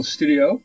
Studio